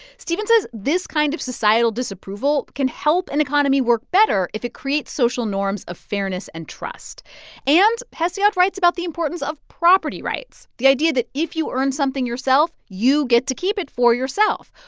steven says this kind of societal disapproval can help an economy work better if it creates social norms of fairness and trust and hesiod writes about the importance of property rights the idea that if you earn something yourself, you get to keep it for yourself.